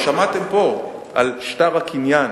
הרי שמעתם פה על שטר הקניין,